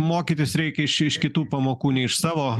mokytis reikia iš iš kitų pamokų ne iš savo